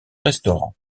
restaurant